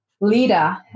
leader